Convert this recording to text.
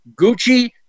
Gucci